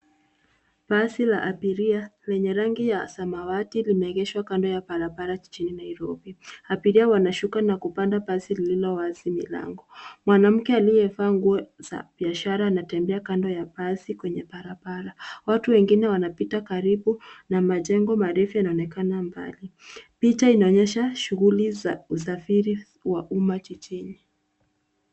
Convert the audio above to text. Basi la abiria lenye rangi ya samawati limeegeshwa kando ya barabara jijini Nairobi. Abiria wanashuka na kupanda basi lililowazi milango. Mwanamke aliyevaa nguo za biashara anatembea kando ya basi kwenye barabara. Watu wengine wanapita karibu na majengo marefu yanaonekana mbali. Picha inaonyesha shughuli za usafiri wa umma jijini.